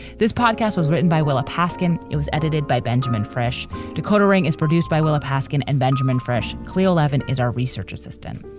this podcast was written by willa paskin. it was edited by benjamin. fresh decoder ring is produced by willa paskin and benjamin fresh khelil. evan is our research assistant.